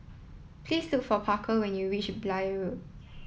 please look for Parker when you reach Blair Road